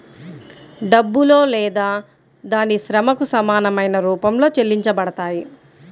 డబ్బులో లేదా దాని శ్రమకు సమానమైన రూపంలో చెల్లించబడతాయి